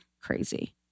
crazy